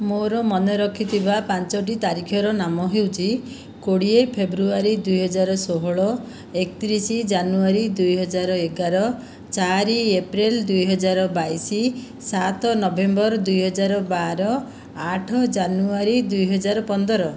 ମୋର ମନେ ରଖିଥିବା ପାଞ୍ଚଟି ତାରିଖର ନାମ ହେଉଛି କୋଡ଼ିଏ ଫେବ୍ରୁଆରୀ ଦୁଇ ହଜାର ଷୋହଳ ଏକତିରିଶ ଜାନୁଆରୀ ଦୁଇ ହଜାର ଏଗାର ଚାରି ଏପ୍ରିଲ ଦୁଇ ହଜାର ବାଇଶ ସାତ ନଭେମ୍ବର ଦୁଇ ହଜାର ବାର ଆଠ ଜାନୁଆରୀ ଦୁଇ ହଜାର ପନ୍ଦର